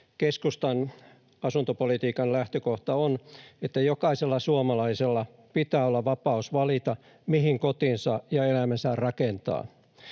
Keskustan asuntopolitiikan lähtökohta on, että jokaisella suomalaisella pitää olla vapaus valita, mihin kotinsa ja elämänsä rakentaa.